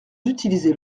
utilisez